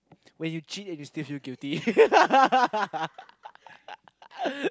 when you cheat and you still feel guilty